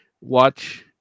watch